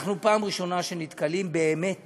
אנחנו פעם ראשונה נתקלים באמת